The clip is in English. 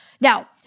Now